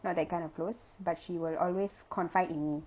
not that kind of close but she will always confide in me